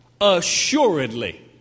assuredly